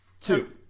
Two